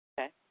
Okay